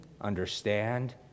understand